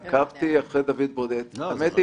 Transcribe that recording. כל מה שהוא אמר על תהליכי מתן אשראי בבנק לאומי קיים גם בבנק